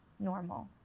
normal